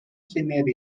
senior